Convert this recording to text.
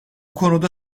konuda